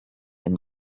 been